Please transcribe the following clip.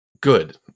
good